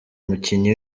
umukinnyi